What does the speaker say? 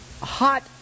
hot